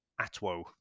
Atwo